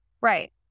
Right